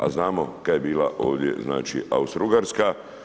A znamo kad je bila ovdje znači Austro-Ugarska.